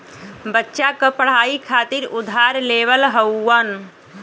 बच्चा क पढ़ाई खातिर उधार लेवल हउवन